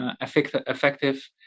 effective